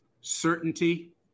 certainty